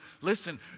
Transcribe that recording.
Listen